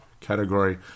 category